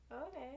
Okay